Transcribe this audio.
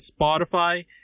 Spotify